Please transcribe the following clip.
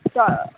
তা